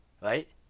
right